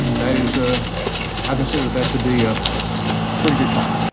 that is ah i consider that to be a pretty good chart.